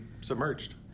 submerged